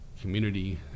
community